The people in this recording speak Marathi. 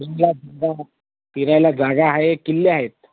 फिरायला जागा फिरायला जागा आहे किल्ले आहेत